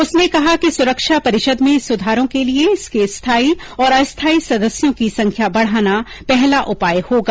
उसने कहा कि सुरक्षा परिषद में सुधारों के लिए इसके स्थायी और अस्थायी सदस्यों की संख्या बढ़ाना पहला उपाय होगा